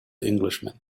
englishman